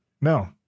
no